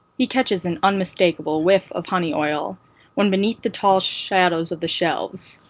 he catches an unmistakable whiff of honey oil when beneath the tall shadows of the shelves,